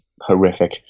horrific